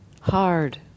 hard